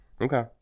Okay